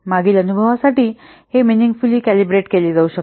मागील अनुभवासाठी हे मिनिगफुली कॅलिब्रेट केले जाऊ शकते